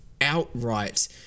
outright